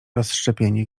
rozszczepienie